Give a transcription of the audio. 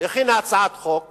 הכינה הצעת חוק